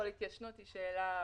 דבר ראשון, התיישנות היא שאלה משפטית,